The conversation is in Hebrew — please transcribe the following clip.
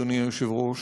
אדוני היושב-ראש,